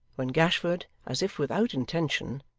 when gashford, as if without intention,